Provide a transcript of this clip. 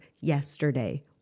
yesterday